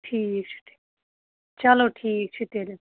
ٹھیٖک چھُ ٹھیٖک چلو ٹھیٖک چھُ تیٚلہِ